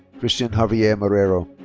christian javier marrero.